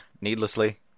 needlessly